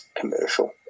commercial